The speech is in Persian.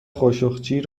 خاشقچی